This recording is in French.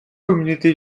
communauté